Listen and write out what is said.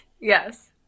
Yes